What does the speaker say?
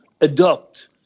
adopt